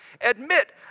Admit